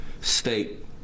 state